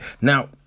Now